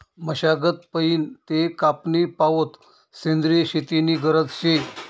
मशागत पयीन ते कापनी पावोत सेंद्रिय शेती नी गरज शे